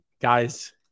guys